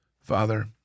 Father